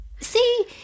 See